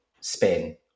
spin